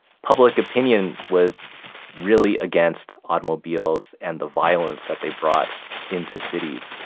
public opinion was really against automobiles and the violence that they brought into cities.